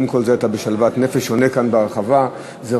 ועם כל זה אתה עונה כאן בהרחבה בשלוות נפש.